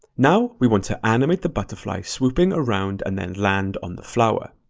now, we want to animate the butterfly swooping around and then land on the flower.